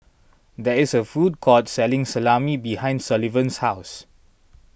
there is a food court selling Salami behind Sullivan's house